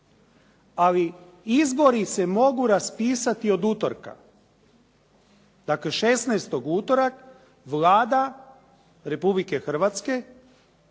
Ali izbori se mogu raspisati od utorka, dakle 16. u utorak Vlada Republike Hrvatske